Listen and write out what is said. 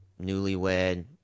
newlywed